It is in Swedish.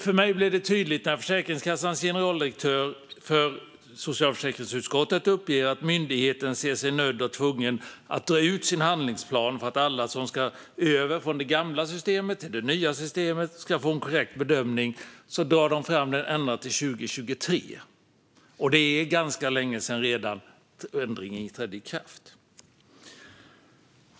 För mig blir det tydligt när Försäkringskassans generaldirektör för socialförsäkringsutskottet uppger att myndigheten ser sig nödd och tvungen att dra ut sin handlingsplan ända till 2023 för att alla som ska över från det gamla systemet till det nya ska få en korrekt bedömning. Det är redan ganska länge sedan ändringen trädde i kraft.